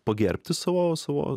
pagerbti savo savo